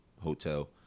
Hotel